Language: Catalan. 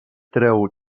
treu